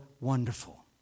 wonderful